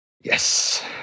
Yes